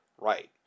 Right